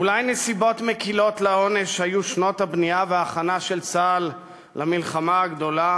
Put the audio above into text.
אולי נסיבות מקילות לעונש היו שנות הבנייה וההכנה של צה"ל למלחמה הגדולה